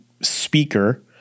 speaker